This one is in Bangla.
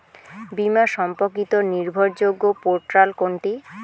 বীমা সম্পর্কিত নির্ভরযোগ্য পোর্টাল কোনটি?